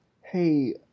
hey